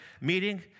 meeting